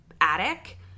attic